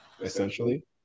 essentially